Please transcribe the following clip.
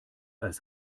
als